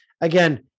Again